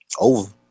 over